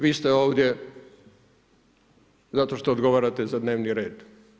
Vi ste ovdje zato što odgovarate za dnevni red.